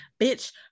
bitch